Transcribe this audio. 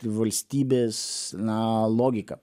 valstybės na logiką